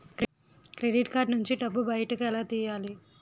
Credit card నుంచి డబ్బు బయటకు ఎలా తెయ్యలి?